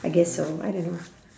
I guess so I don't know